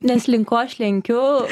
nes link ko aš lenkiu